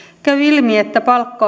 käy ilmi että palkka